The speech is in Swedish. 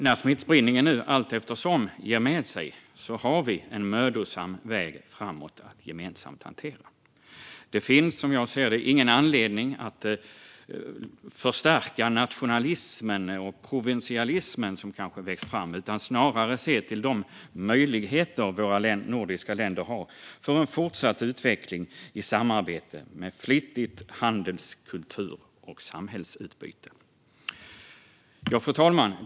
När smittspridningen nu allteftersom ger med sig har vi en mödosam väg framåt gemensamt. Det finns som jag ser det ingen anledning att förstärka den nationalism eller provinsialism som växt fram, utan vi ska snarare se till de möjligheter våra nordiska länder har för en fortsatt utveckling i samarbete, med flitigt handels, kultur och samhällsutbyte. Fru talman!